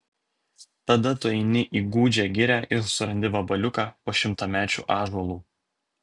tada tu eini į gūdžią girią ir surandi vabaliuką po šimtamečiu ąžuolu